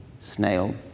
snail